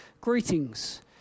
greetings